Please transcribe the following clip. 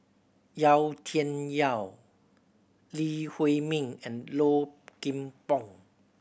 Yau Tian Yau Lee Huei Min and Low Kim Pong